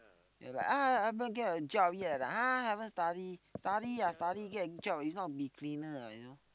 !huh! haven't get a job yet ah !huh! haven't study ah study ah study get job it's not be a cleaner ah you know